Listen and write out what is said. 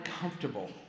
comfortable